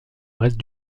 reste